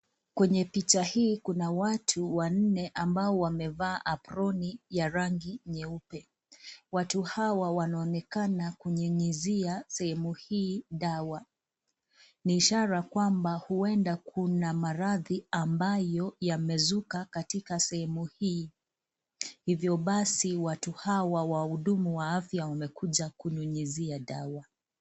Kwenye picha hii kuna watu wanne ambao wamevaa aproni ya rangi nyeupe. Watu hawa wanaonekana kunyunyizia sehemu hii dawa, ni ishara kwamba uenda kuna maradhi ambayo yamezuka katika sehemu hii. Hivyo basi watu hawa wahudumu wa afya wamekuja kunyunyizia dawa.